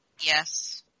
Yes